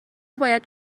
باید